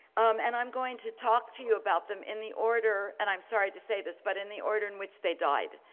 um and i'm going to talk to you about them in the order and i'm sorry to say this, but in the order in which they died,